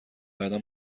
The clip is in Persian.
بعدا